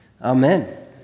Amen